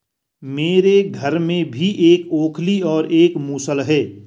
मेरे घर में भी एक ओखली और एक मूसल है